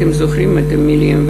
אתם זוכרים את המילים,